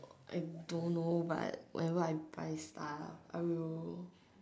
I don't know but whenever I buy stuff I will